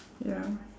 ya